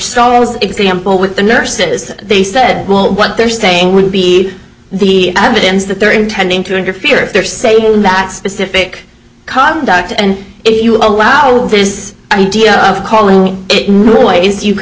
capstone example with the nurses they said well what they're saying would be the evidence that they're intending to interfere if they're saying that specific conduct and if you allow this idea of calling